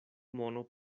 mono